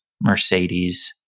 Mercedes